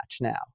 now